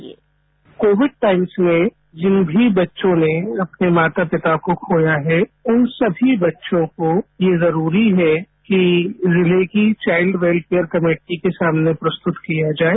sound bite COVID times में जिन भी बच्चों ने अपने माता पिता को खोया है उन सभी बच्चों को ये जरूरी है कि जिले की चाइल्ड वेलकेयर कमेटी के सामने प्रस्तुत किया जाए